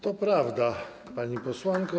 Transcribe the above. To prawda, pani posłanko.